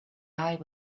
eye